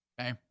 Okay